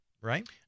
right